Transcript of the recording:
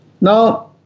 Now